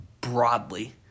broadly